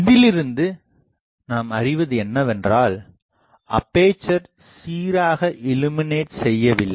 இதிலிருந்து நாம் அறிவது என்னவென்றால் அப்பேசர் சீராக இள்ளுமினேட் செய்யவில்லை